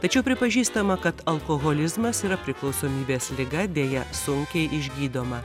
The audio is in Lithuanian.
tačiau pripažįstama kad alkoholizmas yra priklausomybės liga deja sunkiai išgydoma